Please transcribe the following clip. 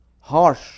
harsh